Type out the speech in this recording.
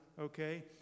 okay